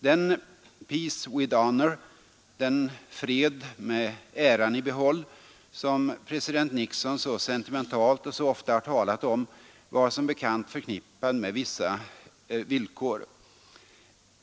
Den ”peace with honor”, den ”fred med äran i behåll”, som president Nixon så sentimentalt och så ofta har talat om, var som bekant förknippad med vissa villkor.